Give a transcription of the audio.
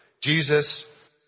Jesus